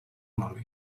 l’oli